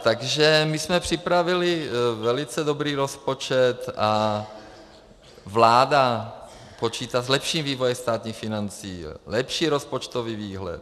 Takže my jsme připravili velice dobrý rozpočet a vláda počítá s lepším vývojem státních financí, máme lepší rozpočtový výhled.